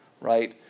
right